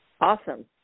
Awesome